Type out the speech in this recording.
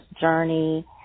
journey